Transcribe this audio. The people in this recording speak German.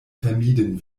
vermieden